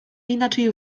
inaczej